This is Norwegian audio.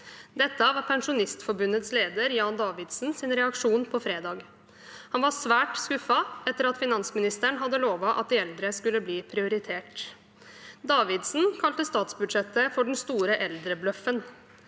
Dette var Pensjonistforbundets leder Jan Davidsens reaksjon på fredag. Han var svært skuffet etter at finansministeren hadde lovet at de eldre skulle bli prioritert. Davidsen kalte statsbudsjettet «for den store eldrebløffen».